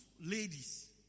ladies